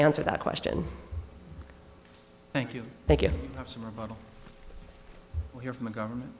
answer that question thank you thank you you're from a